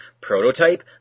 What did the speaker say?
Prototype